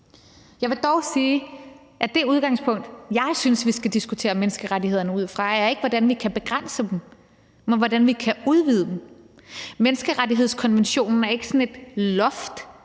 Jeg vil dog sige, at det udgangspunkt, jeg synes vi skal diskutere menneskerettighederne ud fra, ikke er, hvordan vi kan begrænse dem, men hvordan vi kan udvide dem. Menneskerettighedskonventionen er ikke sådan et loft,